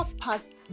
passed